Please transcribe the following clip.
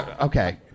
Okay